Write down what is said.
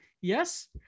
Yes